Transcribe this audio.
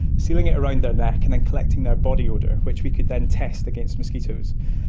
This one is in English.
sealing it around their neck and then collecting their body odour which we could then test against mosquitoes.